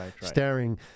staring